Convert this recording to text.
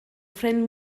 ffrind